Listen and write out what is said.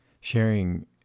sharing